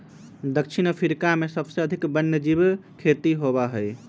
दक्षिण अफ्रीका में सबसे अधिक वन्यजीव खेती होबा हई